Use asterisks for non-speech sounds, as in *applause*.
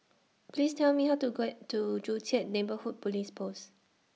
Please Tell Me How to *unintelligible* to Joo Chiat Neighbourhood Police Post